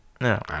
no